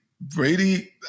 Brady